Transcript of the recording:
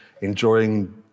enjoying